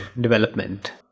development